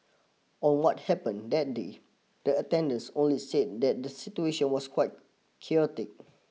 on what happened that day the attendants only said that the situation was quite chaotic